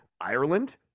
Ireland